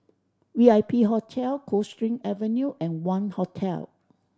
V I P Hotel Coldstream Avenue and Wangz Hotel